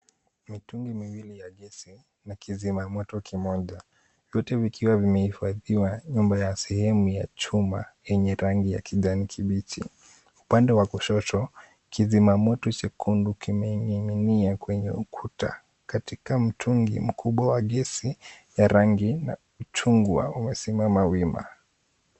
Mitungi miwili ya gesi na kizimamoto kimoja, vyote vikiwa vimeifadhiwa nyuma ya sehemu ya chuma yenye rangi ya kijani kibichi. Upande wa kushoto kizimamoto chekundu kimening'inia kwenye ukuta katika mtungi mkubwa wa gesi ya rangi ya chungwa umesimama wima.